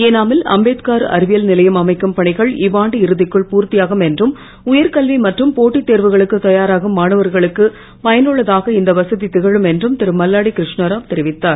ஏனு மில் அம்பேத்கார் அறிவியல் நிலையம் அமைக்கும் பணிகள் இவ்வாண்டு இறுதிக்குள் பூர்த்தியாகும் என்றும் உயர்கல்வி மற்றும் போட்டித் தேர்வுகளுக்கு தயாராகும் மாணவர்களுக்கு பயனுள்ளதாக இந்த வசதி திகழும் என்றும் திருமல்லாடிகிருஷ்ணாராவ் தெரிவித்தார்